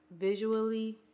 visually